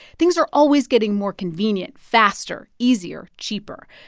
things are always getting more convenient, faster, easier, cheaper.